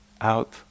out